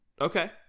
Okay